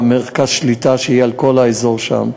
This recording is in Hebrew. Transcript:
ומרכז השליטה שיהיה על כל האזור שם.